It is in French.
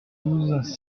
douze